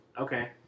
Okay